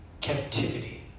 captivity